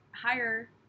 higher